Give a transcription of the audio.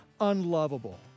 unlovable